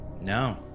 No